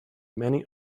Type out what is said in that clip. many